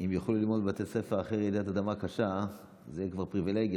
אם הם יוכלו ללמוד בבתי ספר אחרי רעידת אדמה קשה זה כבר פריבילגיה.